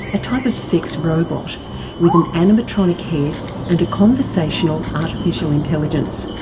a type of sex robot with an animatronic head and a conversational artificial intelligence.